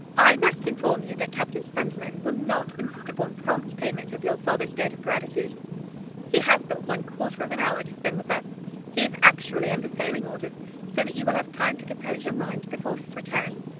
i must inform you, that captain sunderland will not insist upon prompt payment of your father's debt of gratitude he has but one quarter of an hour to spend with us he is actually under sailing orders so that you will have time to compose your mind before his return.